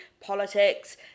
politics